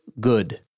good